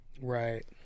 Right